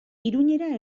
iruñera